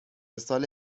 سال